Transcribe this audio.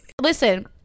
Listen